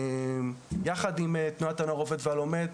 יחד עם תנועת הנוער העובד והלומד,